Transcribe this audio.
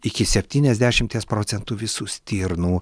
iki septyniasdešimties procentų visų stirnų